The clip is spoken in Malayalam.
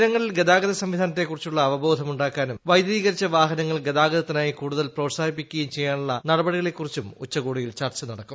ജനങ്ങളിൽ ഗതാഗത സംവിധാനത്തെക്കുറിച്ചുള്ള അവബോധം ഉണ്ടാക്കാനും വൈദ്യുതീകരിച്ച വാഹനങ്ങൾ ഗതാഗതത്തിനായി കുടുതൽ പ്രോൽസാഹിപ്പിക്കുകയും ചെയ്യാനുള്ള നടപടികളെക്കുറിച്ചും ഉച്ചകോടിയിൽ ചർച്ച നടക്കും